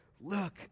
Look